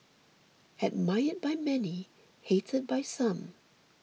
admired by many hated by some